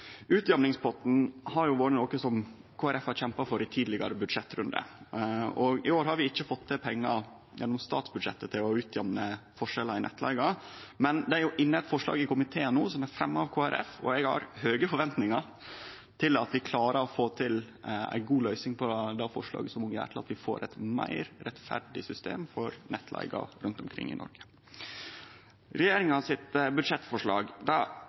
Utjamningspotten har vore noko som Kristeleg Folkeparti har kjempa for i tidlegare budsjettrundar, og i år har vi ikkje fått til pengar gjennom statsbudsjettet til å utjamne forskjellane i nettleiga. Men det er inne eit forslag i komiteen no som er fremja av Kristeleg Folkeparti, og eg har høge forventningar til at vi med det forslaget klarer å få til ei god løysing som gjer at vi får eit meir rettferdig system for nettleiga rundt omkring i Noreg. Regjeringa sitt budsjettforslag